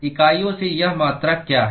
इकाइयों से यह मात्रा क्या है